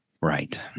right